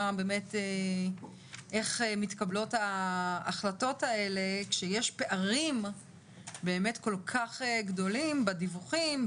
איך מתקבלות ההחלטות האלה כשיש פערים באמת כל כך גדולים בדיווחים.